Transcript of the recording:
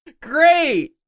Great